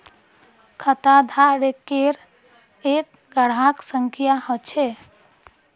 खाताधारकेर एक ग्राहक संख्या ह छ